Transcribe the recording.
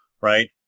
right